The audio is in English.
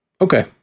Okay